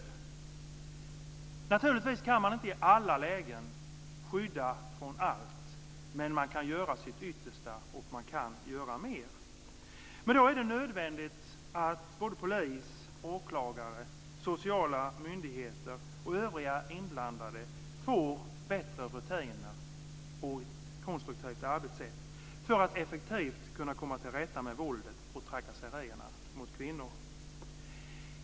Man kan naturligtvis inte skydda från allt i alla lägen, men man kan göra sitt yttersta för att göra mer. Då är det nödvändigt att polis, åklagare, sociala myndigheter och övriga inblandade får bättre rutiner och ett konstruktivt arbetssätt för att effektivt kunna komma till rätta med våldet och trakasserierna mot kvinnor.